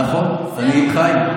נכון, אני איתך.